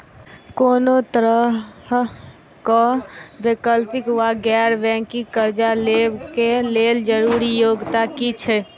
कोनो तरह कऽ वैकल्पिक वा गैर बैंकिंग कर्जा लेबऽ कऽ लेल जरूरी योग्यता की छई?